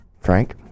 Frank